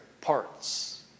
parts